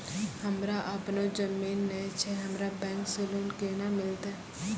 हमरा आपनौ जमीन नैय छै हमरा बैंक से लोन केना मिलतै?